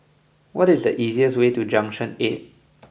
what is the easiest way to Junction eight